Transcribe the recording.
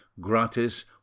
gratis